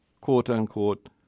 quote-unquote